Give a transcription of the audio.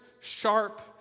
sharp